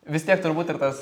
vis tiek turbūt ir tas